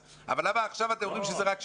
אז אבל למה עכשיו אתם אומרים שזה רק 17?